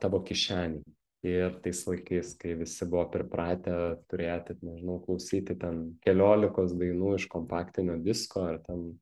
tavo kišenėj ir tais laikais kai visi buvo pripratę turėti nežinau klausyti ten keliolikos dainų iš kompaktinio disko ar ten